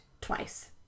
twice